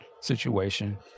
situation